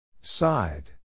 Side